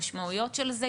עם כל המשמעויות של זה,